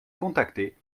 contacter